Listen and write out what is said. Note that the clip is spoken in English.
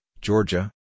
Georgia